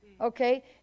okay